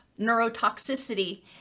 neurotoxicity